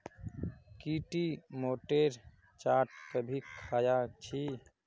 की टी मोठेर चाट कभी ख़या छि